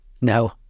No